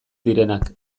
direnak